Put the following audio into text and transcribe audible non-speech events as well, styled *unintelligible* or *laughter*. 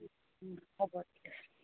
হ'ব *unintelligible*